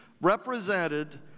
represented